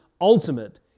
ultimate